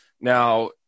Now